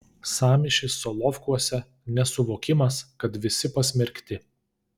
sąmyšis solovkuose nesuvokimas kad visi pasmerkti